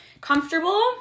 comfortable